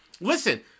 listen